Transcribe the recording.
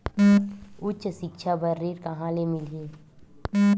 उच्च सिक्छा बर ऋण कहां ले मिलही?